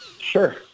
Sure